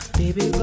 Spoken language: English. baby